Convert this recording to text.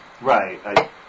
Right